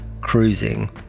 cruising